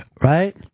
right